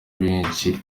benshi